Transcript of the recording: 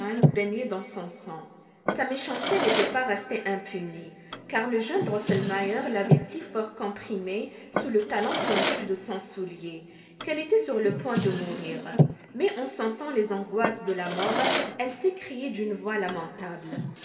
baignée dans son sang sa méchanceté n'était pas restée impunie car le jeune drosselmeier l'avait si fort comprimée sous le talon pointu de son soulier qu'elle était sur le point de mourir mais en sentant les angoisses de la mort elle s'écriait d'une voix lamentable